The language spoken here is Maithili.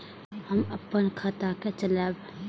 हम अपन खाता के चलाब?